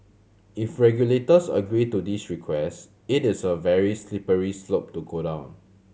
if regulators agree to this request it is a very slippery slope to go down